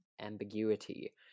ambiguity